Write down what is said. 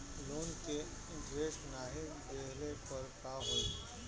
Loan के interest नाही देहले पर का होई?